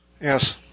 Yes